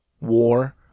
war